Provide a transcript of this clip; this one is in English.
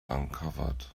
uncovered